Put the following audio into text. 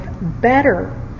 better